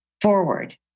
forward